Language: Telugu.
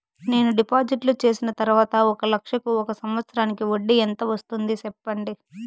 నేను డిపాజిట్లు చేసిన తర్వాత ఒక లక్ష కు ఒక సంవత్సరానికి వడ్డీ ఎంత వస్తుంది? సెప్పండి?